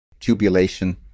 Tubulation